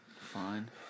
fine